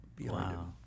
wow